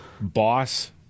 boss